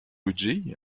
luigi